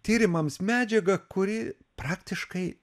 tyrimams medžiaga kuri praktiškai